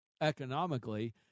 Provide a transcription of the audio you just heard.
economically